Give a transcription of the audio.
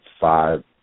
five